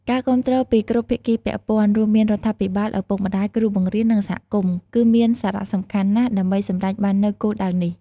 ការគាំទ្រពីគ្រប់ភាគីពាក់ព័ន្ធ រួមមានរដ្ឋាភិបាល ឪពុកម្តាយ គ្រូបង្រៀន និងសហគមន៍ គឺមាន សារៈសំខាន់ណាស់ ដើម្បីសម្រេចបាននូវគោលដៅនេះ។